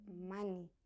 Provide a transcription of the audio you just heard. money